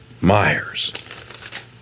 Myers